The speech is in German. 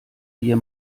wir